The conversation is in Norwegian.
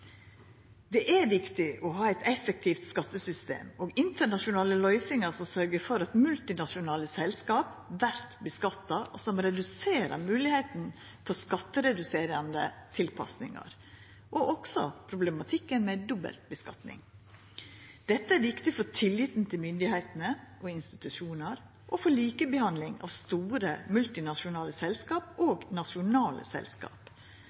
Det er viktig å ha eit effektivt skattesystem og internasjonale løysingar som sørgjer for at multinasjonale selskap vert skattlagde, og som reduserer moglegheita for skattereduserande tilpassingar og også problematikken med dobbel skattlegging. Det er viktig for tilliten til myndigheiter og institusjonar og for likebehandling av store multinasjonale selskap og nasjonale selskap.